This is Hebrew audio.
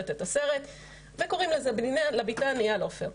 את הסרט וקוראים לזה לביתן אייל עופר.